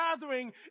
gathering